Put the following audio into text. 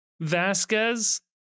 vasquez